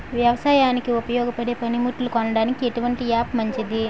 వ్యవసాయానికి ఉపయోగపడే పనిముట్లు కొనడానికి ఎటువంటి యాప్ మంచిది?